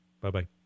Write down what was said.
Bye-bye